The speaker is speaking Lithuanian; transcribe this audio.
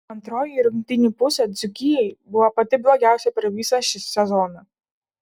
antroji rungtynių pusė dzūkijai buvo pati blogiausia per visą šį sezoną